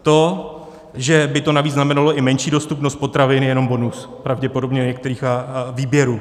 To, že by to navíc znamenalo i menší dostupnost potravin, je jenom bonus, pravděpodobně některých výběrů.